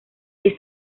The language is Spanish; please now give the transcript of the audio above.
que